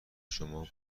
شما